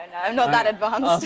i'm not that advanced.